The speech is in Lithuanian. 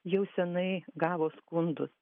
jau senai gavo skundus